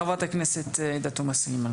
חברת הכנסת עאידה תומא סלימאן.